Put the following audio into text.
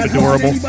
Adorable